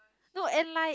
no and like